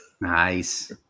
Nice